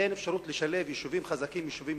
אין אפשרות לשלב יישובים חזקים ויישובים